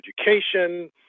education